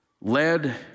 led